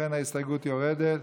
ולכן ההסתייגות יורדת,